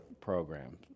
Program